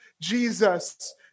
Jesus